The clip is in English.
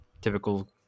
typical